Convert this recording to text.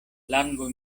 lango